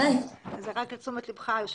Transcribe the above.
זה רק לתשומת לבך, היושב-ראש.